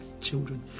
children